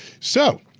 so,